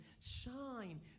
shine